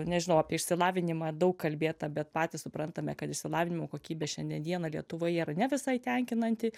nežinau apie išsilavinimą daug kalbėta bet patys suprantame kad išsilavinimo kokybė šiandien dieną lietuvoje yra ne visai tenkinanti